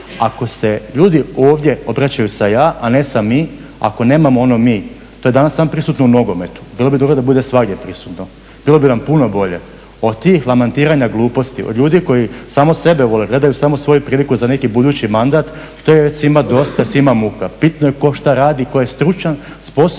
Ako se ljudi ovdje obraćaju sa ja, a ne sa mi, ako nemamo ono mi to je danas samo prisutno u nogometu, bilo bi dobro da bude svagdje prisutno, bilo bi nam puno bolje. Od tih lamentiranja gluposti, od ljudi koji samo sebe vole, gledaju samo svoju priliku za neki budući mandat to je već svima dosta i svima muka. Bitno je tko šta radi, tko je stručan, sposoban,